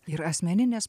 ir asmeninės